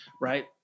Right